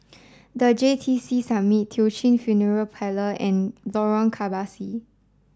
the J T C Summit Teochew Funeral Parlor and Lorong Kebasi